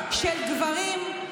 של גברים,